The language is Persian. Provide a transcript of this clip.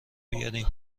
بیارین